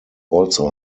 also